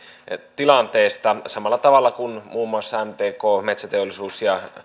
tilanteesta samalla tavalla kuin muun muassa mtk metsäteollisuus ja